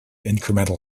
incremental